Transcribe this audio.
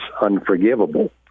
unforgivable